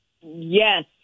Yes